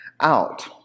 out